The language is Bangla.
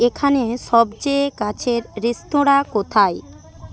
এখানে সবচেয়ে কাছের রেস্তোরাঁ কোথায়